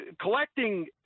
collecting